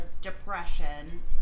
depression